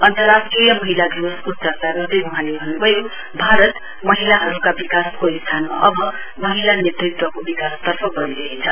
अन्तरराष्ट्रिय महिला दिवसको चर्चा गर्दै वहाँले भन्न् भयो भारत महिलाहरूका विकासको स्थानमा अब महिला नेतृत्वको विकास तर्फ बढिरहेछ